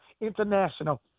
International